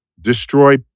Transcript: destroy